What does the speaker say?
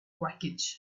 wreckage